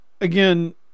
again